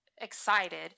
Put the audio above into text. excited